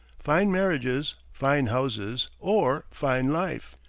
fine marriages, fine houses, or fine life.